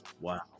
Wow